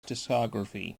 discography